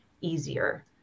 easier